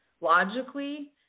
logically